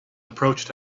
approached